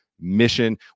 mission